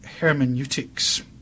hermeneutics